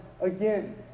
again